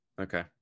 Okay